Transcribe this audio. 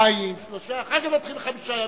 יומיים, שלושה, אחר כך נתחיל חמישה ימים.